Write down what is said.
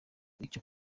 icyo